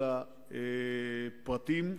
אל הפרטים,